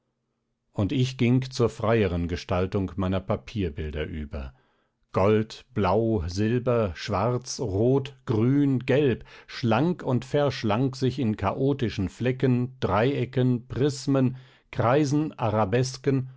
und ich ging zur freieren gestaltung meiner papierbilder über gold blau silber schwarz rot grün gelb schlang und verschlang sich in chaotischen flecken dreiecken prismen kreisen arabesken